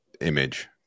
image